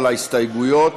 על ההסתייגויות.